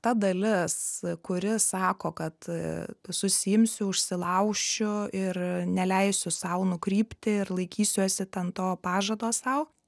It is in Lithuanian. ta dalis kuri sako kad susiimsiu užsilaušiu ir neleisiu sau nukrypti ir laikysiuosi ten to pažado sau